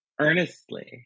earnestly